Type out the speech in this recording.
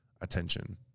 attention